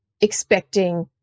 expecting